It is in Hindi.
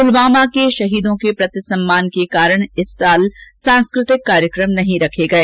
पुलवामा के शहीदों के प्रति सम्मान के कारण इस वर्ष सांस्कृतिक कार्यक्रम नहीं रखे गए